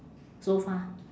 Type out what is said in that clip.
so far